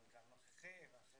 נמצא המנכ"ל הנוכחי ואחרים